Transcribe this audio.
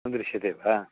न दृश्यते वा